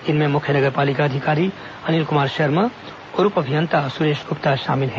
इनमें मुख्य नगर पालिका अधिकारी अनिल कुमार शर्मा और उप अभियंता सुरेश गुप्ता शामिल हैं